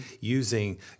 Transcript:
using